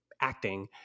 acting